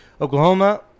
Oklahoma –